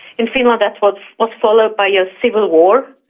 in finland that was was followed by a civil war.